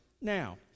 now